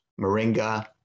moringa